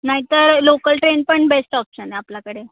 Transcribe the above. नाहीतर local train पण best option आहे आपल्याकडे